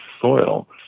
soil